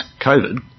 COVID